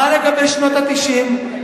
מה לגבי שנות ה-90?